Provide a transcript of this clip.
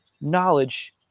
knowledge